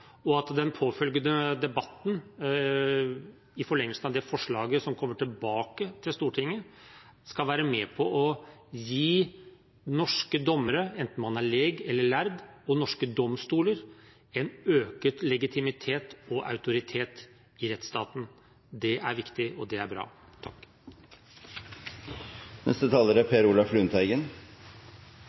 og at den påfølgende debatten i forlengelsen av det forslaget som kommer tilbake til Stortinget, skal være med på å gi norske dommere, enten man er lek eller lærd, og norske domstoler en økt legitimitet og autoritet i rettsstaten. Det er viktig, og det er bra.